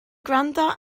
gwrando